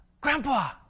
Grandpa